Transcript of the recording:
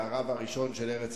היה הרב הראשון של ארץ-ישראל.